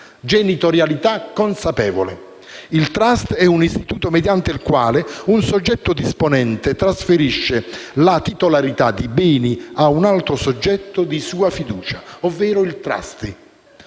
genitorialità consapevole. Il *trust* è un istituto mediante il quale un soggetto disponente trasferisce la titolarità di beni a un altro soggetto di sua fiducia, ovvero il *trustee*.